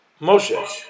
Moshe